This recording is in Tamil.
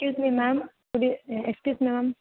எஸ்க்யூஸ்மி மேம் குட் ஈ எஸ்க்யூஸ்மி மேம்